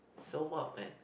so what man